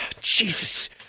Jesus